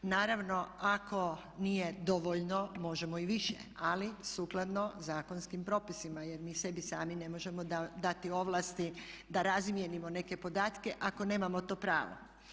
Naravno ako nije dovoljno možemo i više, ali sukladno zakonskim propisima jer mi sebi sami ne možemo dati ovlasti da razmijenimo neke podatke ako nemamo to pravo.